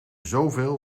zoveel